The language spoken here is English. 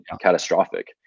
catastrophic